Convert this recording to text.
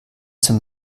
zum